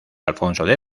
alfonso